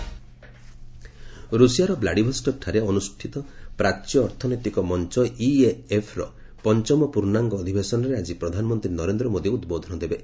PM ରୁଷ୍ ରୁଷିଆର ଭ୍ଲାଡିଭଷକ୍ଠାରେ ଅନୁଷ୍ଠିତ ପ୍ରାଚ୍ୟ ଅର୍ଥନୈତିକ ମଞ୍ଚ ଇଇଏଫ୍ ର ପଞ୍ଚମ ପୂର୍ଣ୍ଣାଙ୍ଗ ଅଧିବେଶନରେ ଆଜି ପ୍ରଧାନମନ୍ତ୍ରୀ ନରେନ୍ଦ୍ର ମୋଦି ଉଦ୍ବୋଧନ ଦେବେ